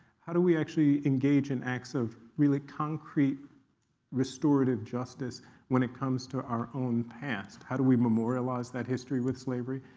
how do we actually engage in acts of really concrete restorative justice when it comes to our own past? how do we memorialize that history with slavery,